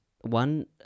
one